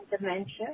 dementia